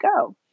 go